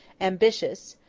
ambitious,